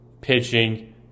pitching